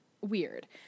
weird